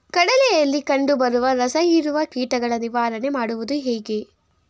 ಕಡಲೆಯಲ್ಲಿ ಕಂಡುಬರುವ ರಸಹೀರುವ ಕೀಟಗಳ ನಿವಾರಣೆ ಮಾಡುವುದು ಹೇಗೆ?